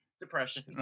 Depression